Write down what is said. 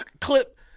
clip